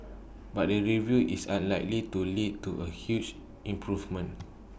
but the review is unlikely to lead to A huge improvement